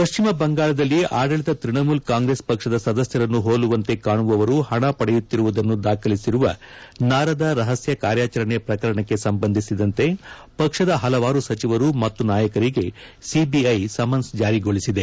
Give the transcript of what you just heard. ಪಶ್ಚಿಮ ಬಂಗಾಳದಲ್ಲಿ ಆಡಳಿತ ತ್ಯಣಮೂಲ ಕಾಂಗ್ರೆಸ್ ಪಕ್ಷದ ಸದಸ್ಟರನ್ನು ಹೋಲುವಂತೆ ಕಾಣುವವರು ಹಣ ಪಡೆಯುತ್ತಿರುವುದನ್ನು ದಾಖಲಿಸಿರುವ ನಾರದ ರಹಸ್ಥ ಕಾರ್ಯಾಚರಣೆ ಪ್ರಕರಣಕ್ಕೆ ಸಂಬಂಧಿಸಿದಂತೆ ಪಕ್ಷದ ಹಲವಾರು ಸಚಿವರು ಮತ್ತು ನಾಯಕರಿಗೆ ಸಿಬಿಐ ಸಮನ್ನ್ ಜಾರಿಗೊಳಿಸಿದೆ